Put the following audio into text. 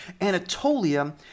Anatolia